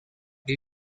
did